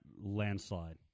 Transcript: landslide